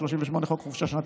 38. חוק חופשה שנתית,